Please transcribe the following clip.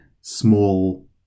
small